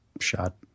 shot